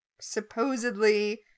supposedly